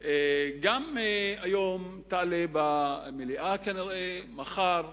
תעלה במליאה, כנראה מחר,